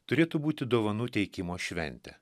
turėtų būti dovanų teikimo švente